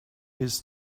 his